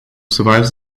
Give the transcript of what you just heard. survives